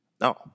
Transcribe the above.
no